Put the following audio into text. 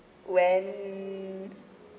when